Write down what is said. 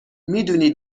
میدونی